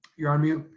you're on mute,